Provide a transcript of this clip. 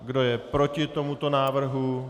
Kdo je proti tomuto návrhu?